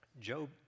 Job